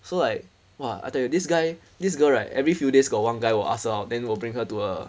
so like !wah! I tell you this guy this girl right every few days got one guy will ask her out then we'll bring her to a